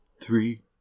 Three